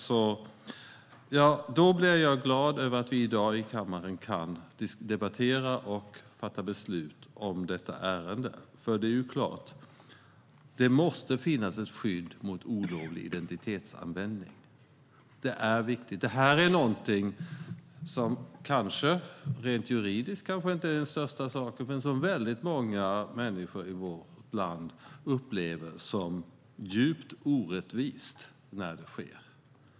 Därför är jag glad över att vi kan debattera och fatta beslut om detta ärende i kammaren i dag. Det är klart att det måste finnas ett skydd mot olovlig identitetsanvändning. Det är viktigt. Det är någonting som kanske inte är den största saken rent juridiskt men som många människor i vårt land upplever som djupt orättvist när det sker.